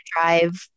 drive